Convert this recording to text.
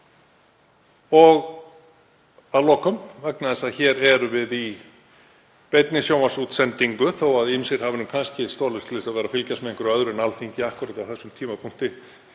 Og að lokum, vegna þess að hér erum við í beinni sjónvarpsútsendingu, þó að ýmsir hafi kannski stolist til þess að fylgjast með einhverju öðru en Alþingi akkúrat á þessum tímapunkti